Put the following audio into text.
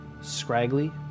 scraggly